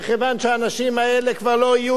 מכיוון שהאנשים האלה כבר לא יהיו